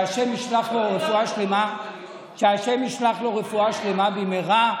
שה' ישלח לו רפואה שלמה במהרה.